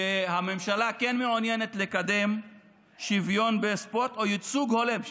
שהממשלה כן מעוניינת לקדם שוויון בספורט או ייצוג הולם.